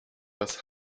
das